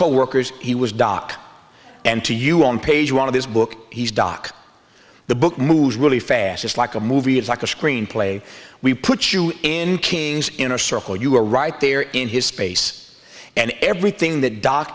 coworkers he was doc and to you on page one of this book he's doc the book moves really fast it's like a movie it's like a screenplay we put you in king's inner circle you are right there in his space and everything that doc